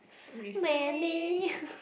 recently